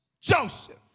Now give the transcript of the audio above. Joseph